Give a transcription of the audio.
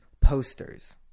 posters